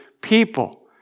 people